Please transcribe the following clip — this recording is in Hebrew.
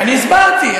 אני הסברתי,